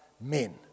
men